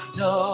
no